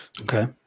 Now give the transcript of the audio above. Okay